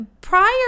prior